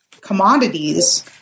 commodities